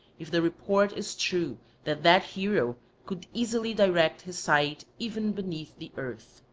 if the report is true that that hero could easily direct his sight even beneath the earth.